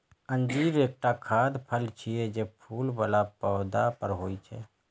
अंजीर एकटा खाद्य फल छियै, जे फूल बला पौधा पर होइ छै